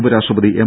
ഉപരാഷ്ട്രപതി എം